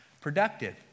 productive